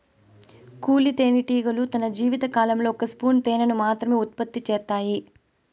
కూలీ తేనెటీగలు తన జీవిత కాలంలో ఒక స్పూను తేనెను మాత్రమె ఉత్పత్తి చేత్తాయి